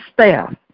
staff